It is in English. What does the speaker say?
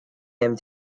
him